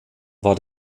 war